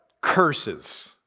curses